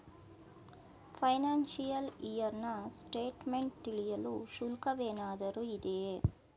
Financial year ನ statement ತಿಳಿಯಲು ಶುಲ್ಕವೇನಾದರೂ ಇದೆಯೇ?